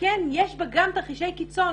שכן יש בה גם תרחישי קיצון.